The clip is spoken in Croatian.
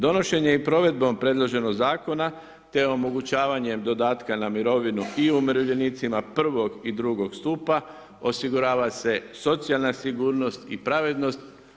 Donošenje i provedbom predloženog zakona te omogućavanjem dodatka na mirovinu i umirovljenicima prvog i drugog stupa osigurava se socijalna sigurnost i pravednost.